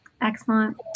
Excellent